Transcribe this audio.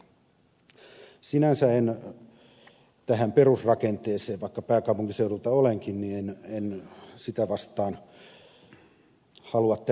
sinänsä tätä perusrakennetta vastaan vaikka pääkaupunkiseudulta olenkin en halua tässä esiintyä